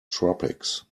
tropics